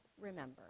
remember